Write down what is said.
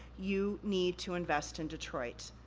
you need to invest in detroit.